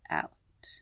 out